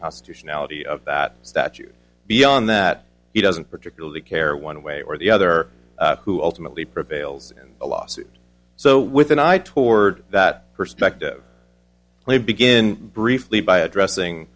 constitution ality of that statute beyond that he doesn't particularly care one way or the other who ultimately prevails in a lawsuit so with an eye toward that perspective we begin briefly by addressing